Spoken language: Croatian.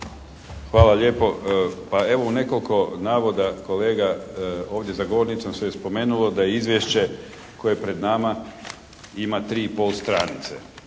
Hvala lijepo. Pa evo u nekoliko navoda kolega ovdje za govornicom se spomenulo da je izvješće koje je pred nama ima tri i pol stranice.